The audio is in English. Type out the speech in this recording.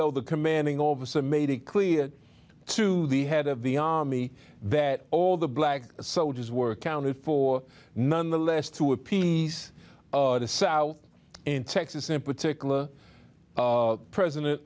though the commanding officer made it clear to the head of the army that all the black soldiers were accounted for nonetheless to a piece of the south in texas in particular president